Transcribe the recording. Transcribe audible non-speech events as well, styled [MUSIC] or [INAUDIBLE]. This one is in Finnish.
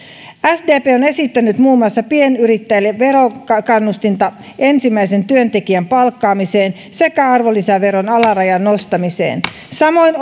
sdp on muun muassa esittänyt pienyrittäjille verokannustinta ensimmäisen työntekijän palkkaamiseen sekä arvonlisäveron alarajan nostamista samoin [UNINTELLIGIBLE]